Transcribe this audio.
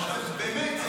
באמת,